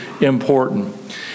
important